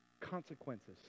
consequences